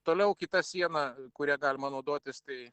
toliau kita siena kuria galima naudotis tai